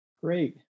Great